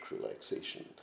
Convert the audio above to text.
relaxation